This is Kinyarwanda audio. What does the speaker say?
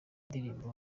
ndirimbo